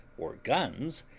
or guns,